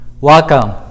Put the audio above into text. welcome